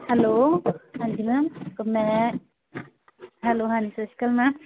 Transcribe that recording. hello ਹਾਂਜੀ ma'am ਮੈਂ hello ਹਾਂਜੀ ਸਤਿ ਸ਼੍ਰੀ ਅਕਾਲ ਮੈਮ